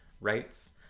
rights